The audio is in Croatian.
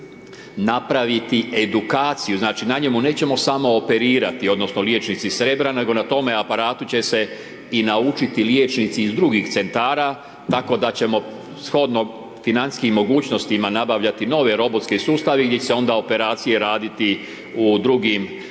napraviti edukaciju, znači na njemu nećemo samo operirati odnosno liječnici s Rebra, nego na tome aparatu će se i naučiti liječnici iz drugih centara, tako da ćemo shodno financijskim mogućnostima nabavljati nove robotske sustave gdje će se onda operacije raditi u drugim velikim